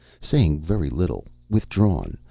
saying very little. withdrawn.